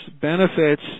benefits